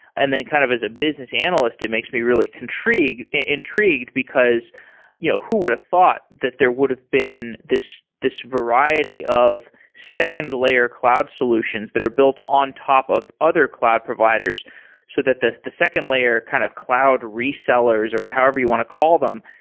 and then kind of as a business analyst, it makes me really intrigued, because yeah who would've thought that there would've been this this variety of second layer cloud solutions that are built on top of other cloud providers so that the the second layer kind of cloud resellers or however you want to call them,